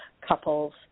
couples